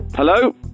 Hello